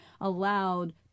allowed